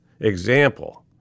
example